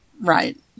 Right